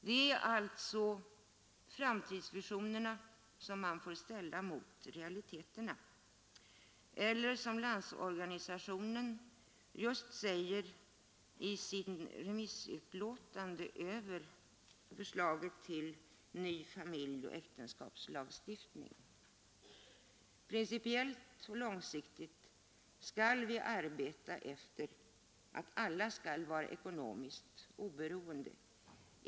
Man får alltså ställa framtidsvisionerna mot realiteterna eller, som Landsorganisationen säger i sitt remissyttrande över förslaget till ny familjeoch äktenskapslagstiftning: Principiellt och långsiktigt skall vi arbeta efter att alla skall vara ekonomiskt oberoende.